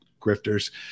grifters